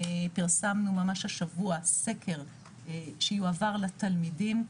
פרסמנו ממש השבוע סקר שיועבר לתלמידים,